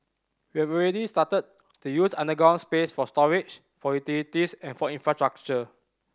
we've already started to use underground space for storage for utilities and for infrastructure